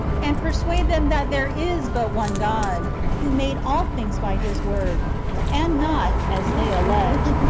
and persuade them that there is but one god, who made all things by his word and not, as they allege,